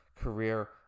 career